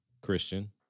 Christian